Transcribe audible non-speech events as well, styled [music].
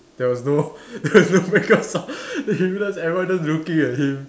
there was no [laughs] then he realise everyone just looking at him